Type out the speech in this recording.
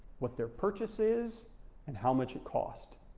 what their purchase is and how much it cost.